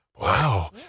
Wow